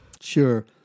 Sure